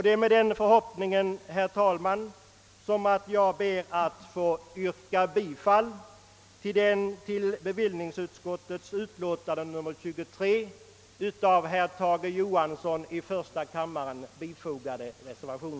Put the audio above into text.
Det är med den förhoppningen, herr talman, som jag ber att få yrka bifall till den vid utskottets betänkande fogade reservationen av herr Tage Johansson.